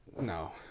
No